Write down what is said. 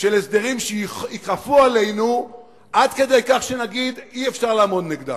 של הסדרים שייכפו עלינו עד כדי כך שנגיד: אי-אפשר לעמוד נגדם.